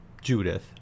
Judith